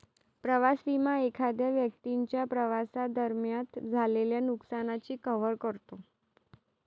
प्रवास विमा एखाद्या व्यक्तीच्या प्रवासादरम्यान झालेल्या नुकसानाची कव्हर करतो